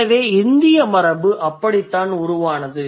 எனவே இந்திய மரபு அப்படித்தான் உருவானது